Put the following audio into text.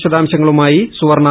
വിശദാംശങ്ങളുമായി സുവർണ